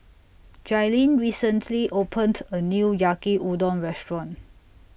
Jailyn recently opened A New Yaki Udon Restaurant